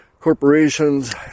corporations